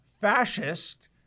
fascist